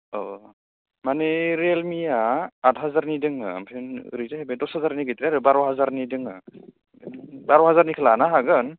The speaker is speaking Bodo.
अ अ माने रियेलमिया आठहाजारनि दोंमोन आमफ्राय ओरैजाय दस हाजारनि गैद्राया आरो बार' हाजारनि दोङो बार' हाजारनिखो लानो हागोन